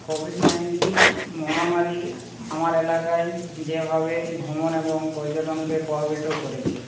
Covid nineteen মহামারী আমার এলাকায় যেভাবে ভ্রমণ এবং পর্যটনকে প্রভাবিত করেছে